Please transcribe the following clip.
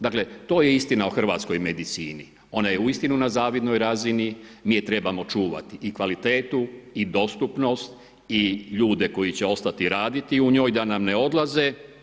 Dakle, to je istina o hrvatskoj medicini, ona je uistinu na zavidnoj razini, mi je trebamo čuvati i kvalitetu i dostupnost i ljude koji će ostati raditi u njoj da nam ne odlaze.